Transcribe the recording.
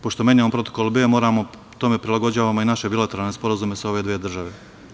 Pošto menjamo protokol B, tome prilagođavamo i naše bilateralne sporazume sa ove dve države.